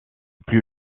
plus